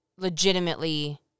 legitimately